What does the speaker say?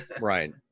Right